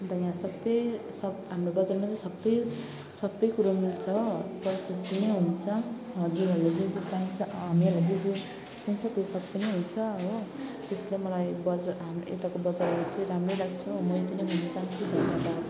अन्त यहाँ सबै सब हाम्रो बजारमा चाहिँ सबै सबै कुरो मिल्छ प्रसस्तै नै हुन्छ हजुरहरूलाई जे जे चाहिन्छ मेरो जे जे चाहिन्छ त्यो सबै नै हुन्छ हो त्यसले मलाई बजार यताको बजारहरू चाहिँ दामी लाग्छ म एक्लै घुम्नु जान्छु